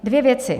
Dvě věci.